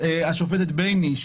השופטת בייניש,